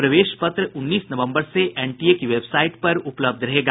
प्रवेश पत्र उन्नीस नवम्बर से एनटीए की वेबसाईट पर उपलब्ध रहेगा